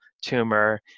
tumor